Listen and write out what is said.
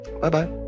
Bye-bye